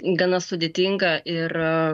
gana sudėtinga ir